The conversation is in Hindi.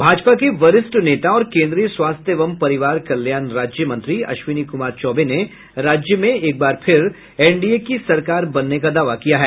भाजपा के वरिष्ठ नेता और केंद्रीय स्वास्थ्य एवं परिवार कल्याण राज्य मंत्री अश्विनी कुमार चौबे ने राज्य में एक बार फिर एनडीए की सरकार बनने का दावा किया है